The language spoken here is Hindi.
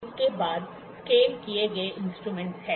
इसके बाद स्केल किए गए इंस्ट्रूमेंट हैं